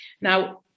now